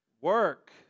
Work